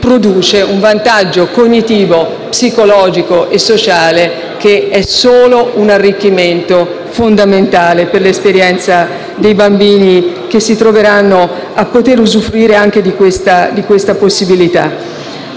produce un vantaggio cognitivo, psicologico e sociale che è solo un arricchimento, fondamentale per l'esperienza dei bambini che si troveranno a poter usufruire anche di questa possibilità.